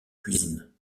cuisines